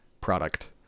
product